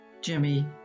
Jimmy